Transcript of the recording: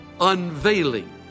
unveiling